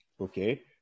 Okay